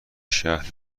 شهر